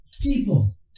people